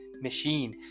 machine